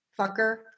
fucker